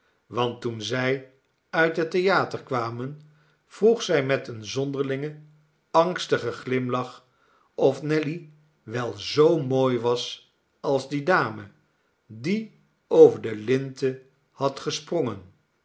want toen zij uit het theater kwamen vroeg zli met een zonderlingen angstigen glimlach of nelly wel zoo mooi was als die dame die over de linten had gesprongen